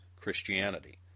Christianity